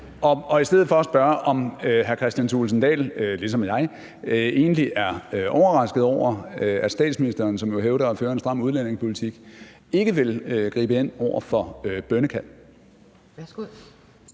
vil i stedet for spørge, om hr. Kristian Thulesen Dahl – ligesom jeg – egentlig er overrasket over, at statsministeren, som jo hævder at føre en stram udlændingepolitik, ikke vil gribe ind over for bønnekald.